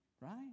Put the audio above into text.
Right